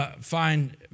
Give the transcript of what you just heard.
find